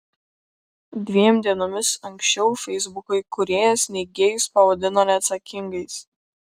dviem dienomis anksčiau feisbuko įkūrėjas neigėjus pavadino neatsakingais